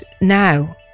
now